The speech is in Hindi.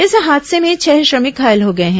इस हादसे में छह श्रमिक घायल हो गए हैं